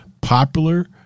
popular